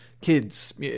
Kids